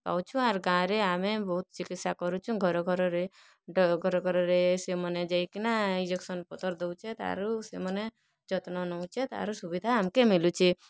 ପାଉଛୁ ଆର୍ ଗାଁରେ ଆମେ ବହୁତ ଚିକିତ୍ସା କରୁଛୁ ଘର ଘରରେ ଘର ଘର ରେ ସେମାନେ ଯାଇକିନା ଇଞ୍ଜେକ୍ସନ୍ ପତର ଦୋଉଛେ ତାରୁ ସେମାନେ ଯତ୍ନ ନଉଛେ ତାରୁ ସୁବିଧା ଆମକେ ମିଲୁଛି